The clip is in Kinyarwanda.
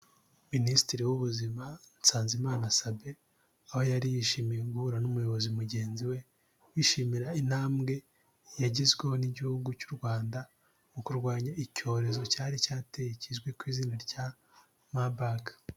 Minisitiri w'ubuzima nsanzimana sab aho yari yishimiye guhura n'umuyobozi mugenzi we bishimira intambwe yagezweho n'igihugu cy'u rwanda mu kurwanya icyorezo cyari cyateye kizwi ku izina rya mabag.